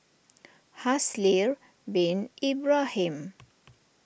Haslir Bin Ibrahim